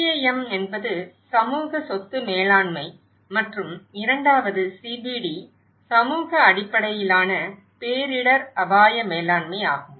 CAM என்பது சமூக சொத்து மேலாண்மை மற்றும் இரண்டாவது CBD சமூக அடிப்படையிலான பேரிடர் அபாய மேலாண்மை ஆகும்